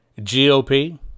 GOP